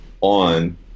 on